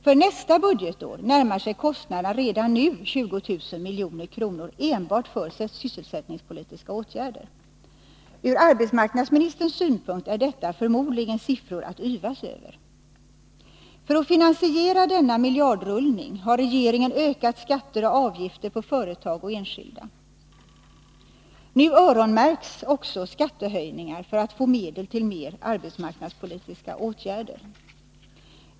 För nästa budgetår närmar sig kostnaderna redan nu 20000 milj.kr. enbart för sysselsättningspolitiska åtgärder. Ur arbetsmarknadsministerns synpunkt är detta förmodligen siffror att yvas över. För att finansiera denna miljardrullning har regeringen ökat skatter och avgifter på företag och enskilda. Nu öronmärks också skattehöjningar för att man skall få medel till mer arbetsmarknadspolitiska åtgärder.